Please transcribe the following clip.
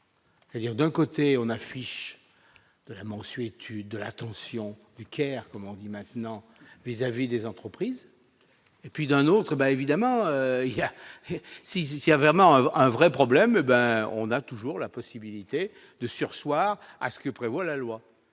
Il y a d'un côté, on affiche de la mansuétude de l'attention du Caire comme on dit maintenant vis-à-vis des entreprises. Et puis d'un autre bah, évidemment, il y a six, il a vraiment un vrai problème, ben on a toujours la possibilité de surseoir à ce que prévoit la loi,